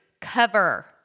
cover